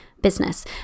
business